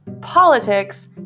politics